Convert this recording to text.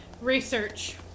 Research